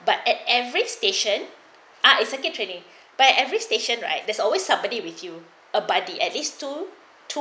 but at every station ah in second trading but every station right there's always somebody with you about the at least two two